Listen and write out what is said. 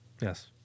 Yes